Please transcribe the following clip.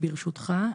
אך ברשותך,